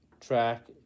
track